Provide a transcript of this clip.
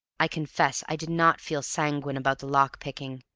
i confess i did not feel sanguine about the lock-picking,